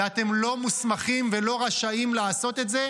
ואתם לא מוסמכים ולא רשאים לעשות את זה.